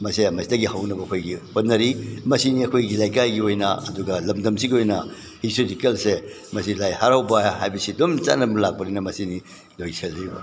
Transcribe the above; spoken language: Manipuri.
ꯃꯁꯦ ꯃꯁꯤꯗꯒꯤ ꯍꯧꯅꯕ ꯑꯩꯈꯣꯏꯒꯤ ꯍꯣꯠꯅꯔꯤ ꯃꯁꯤꯅꯤ ꯑꯩꯈꯣꯏꯒꯤ ꯂꯩꯀꯥꯏꯒꯤ ꯑꯣꯏꯅ ꯑꯗꯨꯒ ꯂꯝꯗꯝꯁꯤꯒꯤ ꯑꯣꯏꯅ ꯍꯤꯁꯇꯣꯔꯤꯀꯦꯜꯁꯦ ꯃꯁꯤ ꯂꯥꯏ ꯍꯔꯥꯎꯕ ꯍꯥꯏꯕꯁꯤ ꯑꯗꯨꯝ ꯆꯠꯅꯗꯨꯅ ꯂꯥꯛꯄꯅꯤꯅ ꯃꯁꯤꯅꯤ ꯂꯣꯏꯁꯤꯜꯂꯤ